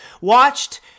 Watched